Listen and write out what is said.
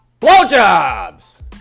Blowjobs